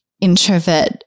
introvert